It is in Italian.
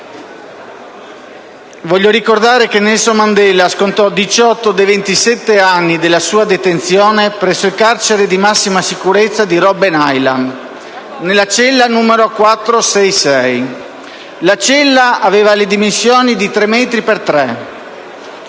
Voglio ricordare che Nelson Mandela scontò 18 dei 27 anni della sua detenzione presso il carcere di massima sicurezza di Robben Island, nella cella n. 466. La cella aveva le dimensioni di tre metri per tre.